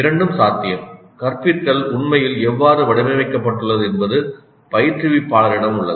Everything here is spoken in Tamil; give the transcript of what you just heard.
இரண்டும் சாத்தியம் கற்பித்தல் உண்மையில் எவ்வாறு வடிவமைக்கப்பட்டுள்ளது என்பது பயிற்றுவிப்பாளரிடம் உள்ளது